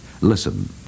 Listen